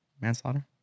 manslaughter